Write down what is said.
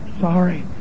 Sorry